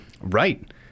Right